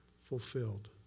fulfilled